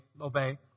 obey